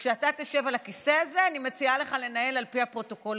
וכשאתה תשב על הכיסא הזה אני מציעה גם לך לנהל על פי הפרוטוקול.